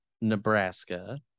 Nebraska